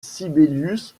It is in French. sibelius